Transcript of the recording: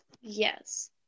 Yes